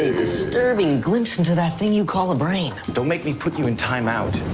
disturbing glimpse into that thing you call a brain. don't make me put you in time out.